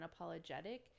unapologetic